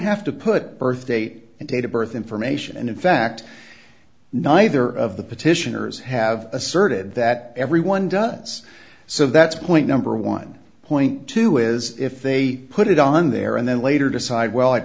have to put birth date and date of birth information and in fact neither of the petitioners have asserted that everyone does so that's point number one point two is if they put it on there and then later decide well i'd